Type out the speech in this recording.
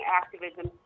activism